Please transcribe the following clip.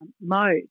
mode